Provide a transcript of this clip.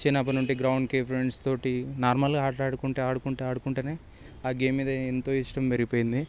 చిన్నప్పటి నుండి గ్రౌండ్కి ఫ్రెండ్స్తో నార్మల్గా ఆటలు ఆడుకుంటూ ఆడుకుంటూ ఆడుకుంటూనే ఆ గేమ్ మీద ఎంతో ఇష్టం పెరిగిపోయింది